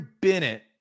Bennett